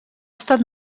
estat